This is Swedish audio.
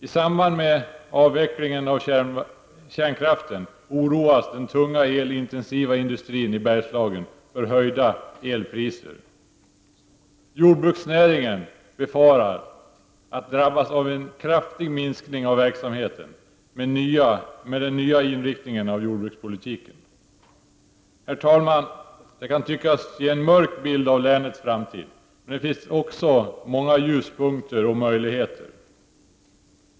I samband med avvecklingen av kärnkraften oroas den tunga elintensiva industrin i Bergslagen för höjda elpriser. Jordbruksnäringen befarar att drabbas av en kraftig minskning av verksamheten i och med den nya inriktningen av jordbrukspolitiken. Herr talman! Detta kan tyckas ge en mörk bild av länets framtid, men det finns också många ljuspunkter och möjligheter.